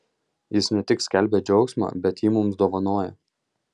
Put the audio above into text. jis ne tik skelbia džiaugsmą bet jį mums dovanoja